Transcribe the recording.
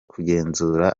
kugenzura